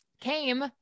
came